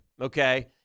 okay